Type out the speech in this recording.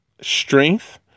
strength